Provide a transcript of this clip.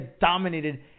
dominated